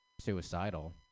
suicidal